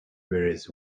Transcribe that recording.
whereas